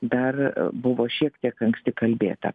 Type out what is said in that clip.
dar buvo šiek tiek anksti kalbėta